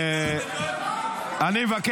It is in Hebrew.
נאור, נאור.